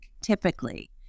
typically